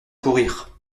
pourrir